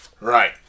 Right